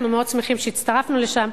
אנחנו מאוד שמחים שהצטרפנו לשם.